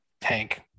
tank